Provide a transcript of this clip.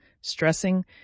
stressing